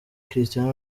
cristiano